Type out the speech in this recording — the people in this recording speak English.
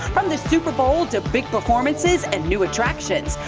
from the super bowl to big performances and new attractions.